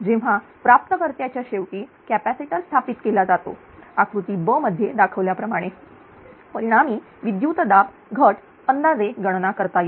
जेव्हा प्राप्त कर्त्याच्या शेवटी कॅपॅसिटर स्थापित केला जातो आकृती b मध्य दाखवल्याप्रमाणे परिणामी विद्युतदाब घटअंदाजे गणना करता येते